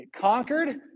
Conquered